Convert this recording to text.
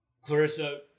Clarissa